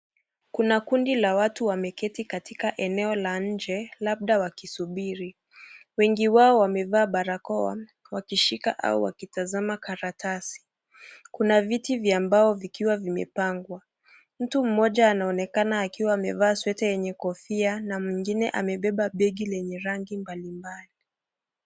Kuna kundi la watu wameketi katika eneo la nje labda wakisubiri, wengi wao wamevaa barakoa wakishika au wakitazama karatasi . Kuna viti vya mbao vikiwa vimepangwa, mtu mmoja anaonekana akiwa amevaa sweta yenye Kofia na mwingine amebeba begi lenye rangi mbalimbali.